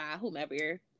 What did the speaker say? whomever